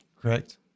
Correct